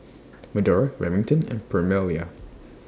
Medora Remington and Permelia